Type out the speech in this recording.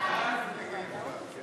נא להצביע.